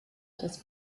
das